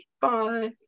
Bye